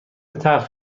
تلخ